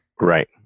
Right